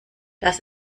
das